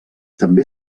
també